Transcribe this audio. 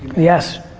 yes.